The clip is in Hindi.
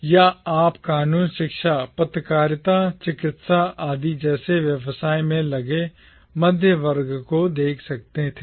या आप कानून शिक्षा पत्रकारिता चिकित्सा आदि जैसे व्यवसायों में लगे मध्य वर्ग को देख सकते थे